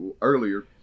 earlier